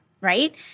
right